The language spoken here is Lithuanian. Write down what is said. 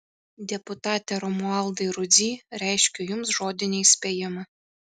deputate romualdai rudzy reiškiu jums žodinį įspėjimą